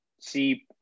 see